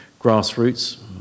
grassroots